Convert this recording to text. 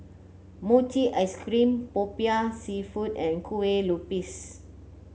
Mochi Ice Cream popiah seafood and Kue Lupis